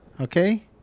Okay